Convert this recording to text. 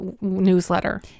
newsletter